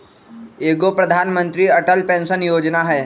एगो प्रधानमंत्री अटल पेंसन योजना है?